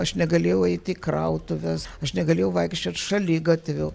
aš negalėjau eiti į krautuvės aš negalėjau vaikščiot šaligatviu